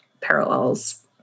parallels